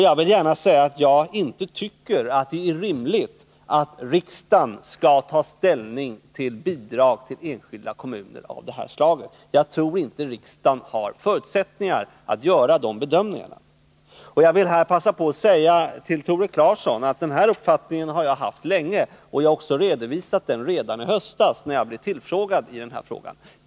Jag vill gärna säga att jag inte tycker att det är rimligt att riksdagen skall ta ställning till bidrag av detta slag till enskilda kommuner. Jag tror inte att riksdagen har förutsättningar att göra de bedömningarna. Jag vill passa på att säga till Tore Claeson att jag har haft denna uppfattning länge, och jag redovisade den redan i höstas, när jag blev tillfrågad om detta.